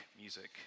music